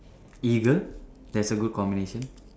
eagle that's a good combination